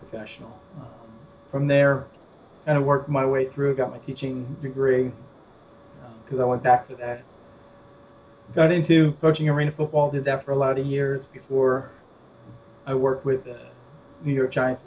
professional from there and i worked my way through got my teaching degree because i went back to going to poaching arena football did that for a lot of years before i worked with the new york giants